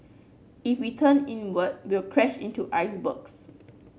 if we turn inward we'll crash into icebergs